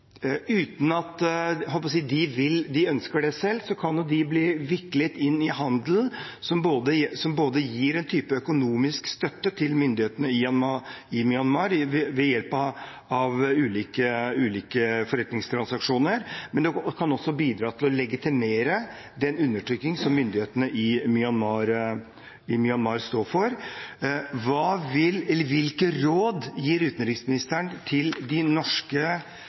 uten at de ønsker det selv, kan de jo bli viklet inn i handel som både gir en type økonomisk støtte til myndighetene i Myanmar ved hjelp av ulike forretningstransaksjoner, og som også kan bidra til å legitimere den undertrykkingen som myndighetene i Myanmar står for. Hvilke råd gir utenriksministeren til de norske